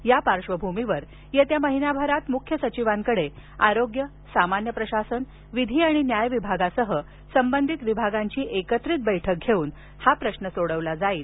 या पार्श्वभूमीवर येत्या महिन्याभरात मुख्य सचिवांकडे आरोग्य सामान्य प्रशासन विधी आणि न्याय विभागासह संबंधित विभागांची एकत्रित बैठक घेऊन प्रश्न सोडवला जाईल